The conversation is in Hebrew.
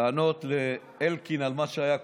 לענות לאלקין על מה שהיה קודם.